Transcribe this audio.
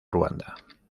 ruanda